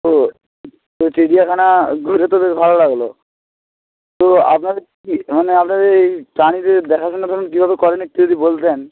তো তো চিড়িয়াখানা ঘুরে তো বেশ ভালো লাগলো তো আপনাদের কী মানে আপনাদের এই প্রাণীদের দেখাশোনা করেন কীভাবে করেন একটু যদি বলতেন